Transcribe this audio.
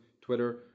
Twitter